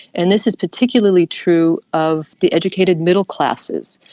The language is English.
and this is particularly true of the educated middle classes.